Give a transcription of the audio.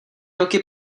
roky